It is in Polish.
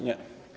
Nie.